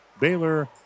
Baylor